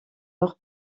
leur